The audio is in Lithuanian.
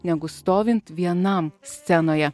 negu stovint vienam scenoje